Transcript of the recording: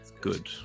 good